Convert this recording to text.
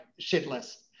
shitless